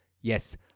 Yes